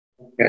Okay